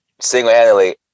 single-handedly